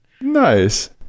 Nice